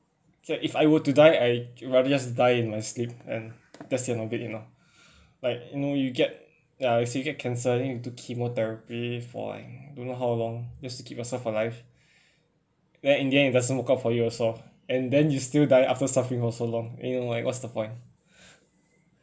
okay if I were to die I rather just die in my sleep and that's the end of it you know like you know you get ya as in you get cancer then you need to chemotherapy for I don't know how long just to keep yourself alive then in the end it doesn't work out for you also and then you still die after suffering for so long then you like what's the point